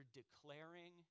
declaring